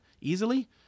easily